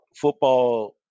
football